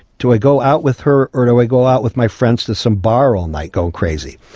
do i go out with her or do i go out with my friends to some bar all night going crazy?